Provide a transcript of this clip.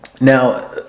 Now